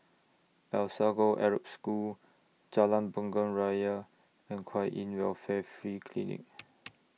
Alsagoff Arab School Jalan Bunga Raya and Kwan in Welfare Free Clinic